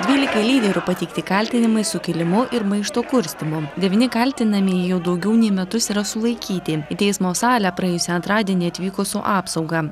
dvylikai lyderių pateikti kaltinimai sukilimu ir maišto kurstymu devyni kaltinamieji jau daugiau nei metus yra sulaikyti į teismo salę praėjusį antradienį atvyko su apsauga